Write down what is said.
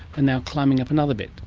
and now climbing up another bit,